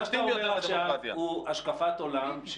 מה שאתה אומר עכשיו הוא השקפת עולם,